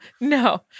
No